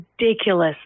ridiculous